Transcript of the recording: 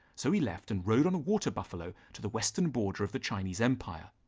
so he left and rode on a water buffalo to the western border of the chinese empire.